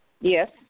Yes